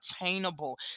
attainable